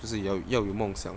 就是要要有梦想